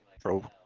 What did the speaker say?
pro